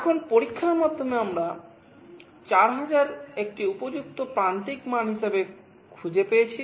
এখন পরীক্ষার মাধ্যমে আমরা 4000 একটি উপযুক্ত প্রান্তিক মান হিসাবে খুঁজে পেয়েছি